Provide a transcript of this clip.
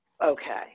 Okay